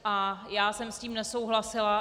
A já jsem s tím nesouhlasila.